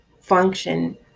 function